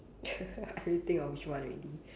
I already think of which one already